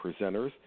presenters